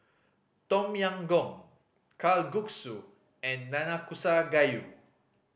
Tom Yam Goong Kalguksu and Nanakusa Gayu